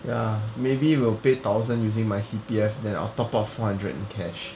ya maybe will pay thousand using my C_P_F then I'll top up four hundred dollars in cash